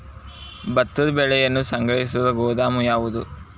ಭತ್ತದ ಬೆಳೆಯನ್ನು ಸಂಗ್ರಹಿಸುವ ಗೋದಾಮು ಯಾವದು?